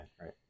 right